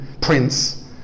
prince